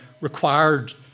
required